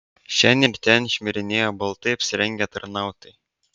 šen ir ten šmirinėjo baltai apsirengę tarnautojai